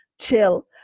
chill